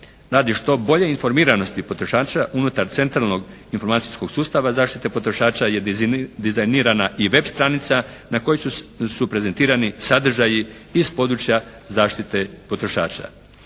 Radi što bolje informiranosti potrošača unutar centralnog informacijskog sustava zaštite potrošača je dizajnirana i web. stranica na kojoj su prezentirani sadržaji iz područja zaštite potrošača.